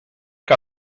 que